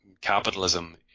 capitalism